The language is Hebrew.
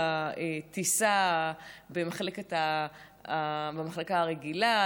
בטיסה במחלקה הרגילה,